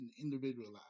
individualized